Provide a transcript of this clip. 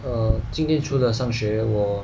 err 今天除了上学我